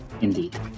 Indeed